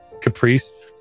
caprice